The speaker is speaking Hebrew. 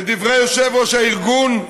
לדברי יושב-ראש הארגון,